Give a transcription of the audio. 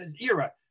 era